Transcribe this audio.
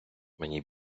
мені